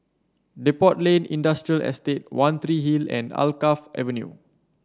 Depot Lane Industrial Estate One Three Hill and Alkaff Avenue